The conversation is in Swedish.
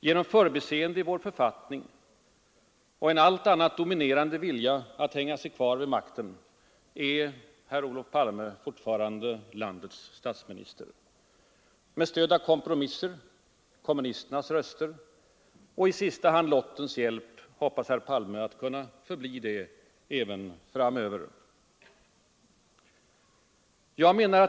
Genom förbiseende i vår författning och en allt annat dominerande vilja att klamra sig fast vid makten är herr Palme alltjämt landets statsminister. Med stöd av kompromisser, kommunisternas röster och i sista hand lottens hjälp hoppas han kunna förbli det även framöver.